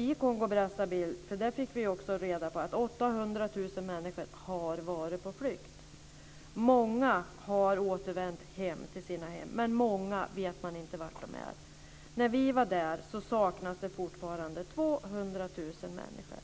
I Kongo-Brazzaville fick vi också reda på att 800 000 människor har varit på flykt. Många har återvänt till sina hem, men många vet man inte var de finns. När vi var där saknades fortfarande 200 000 människor.